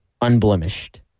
unblemished